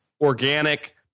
organic